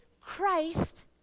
Christ